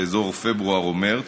בפברואר או מרס,